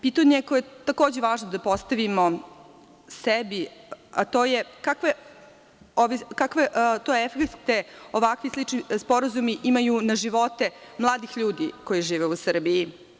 Pitanje koje je takođe važno da postavimo sebi, to je – kakve to efekte ovakvi i slični sporazumi imaju na živote mladih ljudi koji žive u Srbiji?